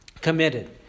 committed